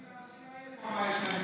תשאלי את האנשים האלה מה יש להם,